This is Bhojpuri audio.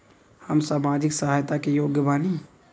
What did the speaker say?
हम सामाजिक सहायता के योग्य बानी?